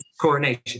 coronation